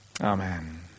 Amen